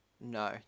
No